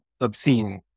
obscene